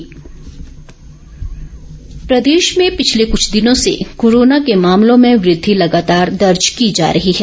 corona update प्रदेश प्रदेश में पिछले कुछ दिनों से कोरोना के मामलों में वृद्धि लगातार दर्ज की जा रही है